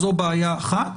זו בעיה אחת,